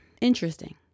Interesting